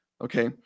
okay